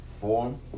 form